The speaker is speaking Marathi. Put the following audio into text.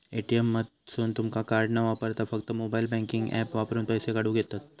ए.टी.एम मधसून तुमका कार्ड न वापरता फक्त मोबाईल बँकिंग ऍप वापरून पैसे काढूक येतंत